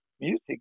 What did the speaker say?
music